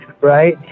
right